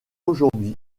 aujourd’hui